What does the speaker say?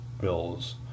bills